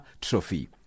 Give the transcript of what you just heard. trophy